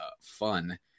fun